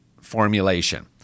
formulation